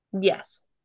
Yes